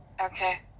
Okay